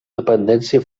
dependència